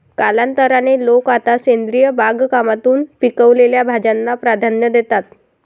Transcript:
कालांतराने, लोक आता सेंद्रिय बागकामातून पिकवलेल्या भाज्यांना प्राधान्य देतात